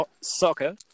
soccer